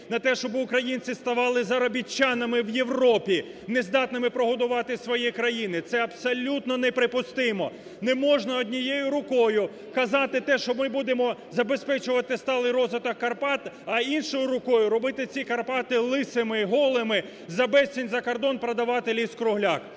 на те, щоб українці ставали заробітчанами в Європі, не здатними прогодуватися в своїй країні, це абсолютно неприпустимо. Не можна однією рукою казати те, що ми будемо забезпечувати сталий розвиток Карпат, а іншою рукою робити ці Карпати лисими і голими, за безцінь за кордон продавати ліс-кругляк.